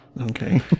Okay